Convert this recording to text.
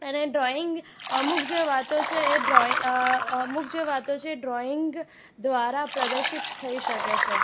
અને ડ્રોઈંગ અમુક જે વાતો છે એ અમુક જે વાતો છે એ ડ્રોઈંગ દ્વારા પ્રદર્શિત થઈ શકે છે